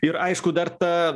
ir aišku dar ta